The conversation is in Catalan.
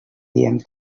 diem